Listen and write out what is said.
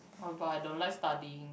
oh but I don't like studying